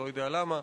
אני לא יודע למה,